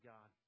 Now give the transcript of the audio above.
God